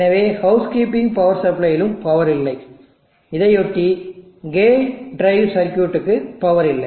எனவே house keeping power சப்ளையிலும் power இல்லை இதையொட்டி கேட் டிரைவ் சர்க்யூட்டுக்கு பவர் இல்லை